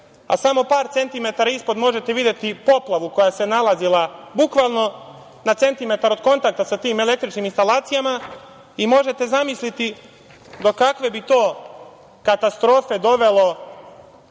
a samo par centimetara ispod možete videti poplavu koja se nalazila bukvalno na centimetar od kontakta sa tim električnim instalacijama i možete zamisliti do kakve bi to katastrofe dovelo